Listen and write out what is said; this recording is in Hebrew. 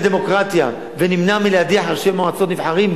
הדמוקרטיה ונמנע מלהדיח ראשי מועצות נבחרים,